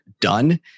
done